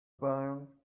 barn